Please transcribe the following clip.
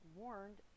warned